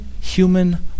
human